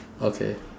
okay